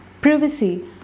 privacy